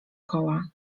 koła